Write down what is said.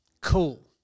cool